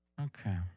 Okay